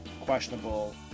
questionable